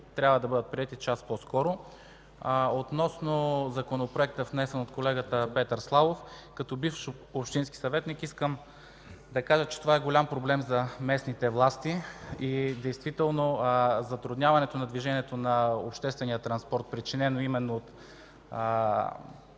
трябва да бъдат приети час по-скоро. Относно законопроекта, внесен от колегата Петър Славов. Като бивш общински съветник искам да кажа, че това е голям проблем за местните власти. Действително затрудняването на движението на обществения транспорт, причинено именно от